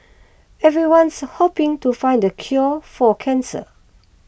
everyone's hoping to find the cure for cancer